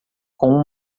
com